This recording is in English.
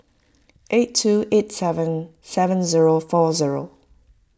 eight two eight seven seven zero four zero